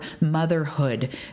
motherhood